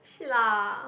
shit lah